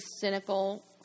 cynical